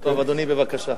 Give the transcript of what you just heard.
אדוני, בבקשה.